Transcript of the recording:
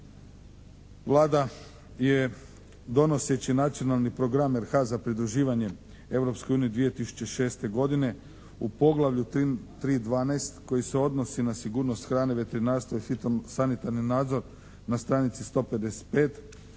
Vlada je donoseći Nacionalni program RH za pridruživanje Europskoj uniji 2006. godine u poglavlju 3.12 koji se odnosi na sigurnost hrane, veterinarstva i sanitarni nadzor na stranici 155